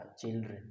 children